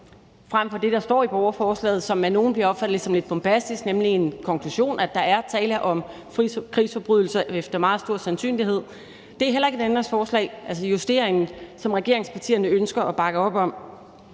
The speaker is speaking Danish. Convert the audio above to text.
frem for det, der står i borgerforslaget, som af nogle bliver opfattet som lidt bombastisk, nemlig en konklusion om, at der er tale om krigsforbrydelser efter meget stor sandsynlighed. Den justering er heller ikke et ændringsforslag, som regeringspartierne ønsker at bakke op om.